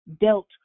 dealt